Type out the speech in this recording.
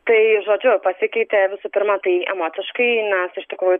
tai žodžiu pasikeitė visų pirma tai emociškai nes iš tikrųjų